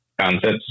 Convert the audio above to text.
concepts